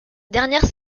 dernière